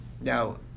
now